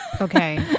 okay